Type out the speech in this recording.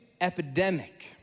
epidemic